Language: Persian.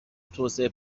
توسعه